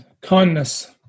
kindness